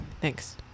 Thanks